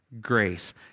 Grace